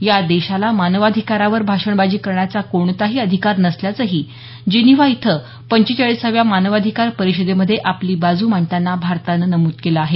या देशाला मानवाधिकारावर भाषणबाजी करण्याचा कोणताही अधिकार नसल्याचंही जिनिव्हा इथं पंचेचाळीसाव्या मानवाधिकार परिषदेमधे आपली बाजू मांडताना भारतानं नमूद केलं आहे